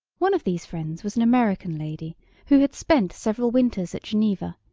one of these friends was an american lady who had spent several winters at geneva,